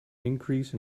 increase